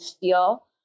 feel